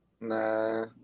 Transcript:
nah